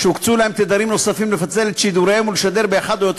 שהוקצו להם תדרים נוספים לפצל את שידוריהם ולשדר באחד או יותר